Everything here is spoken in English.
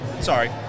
sorry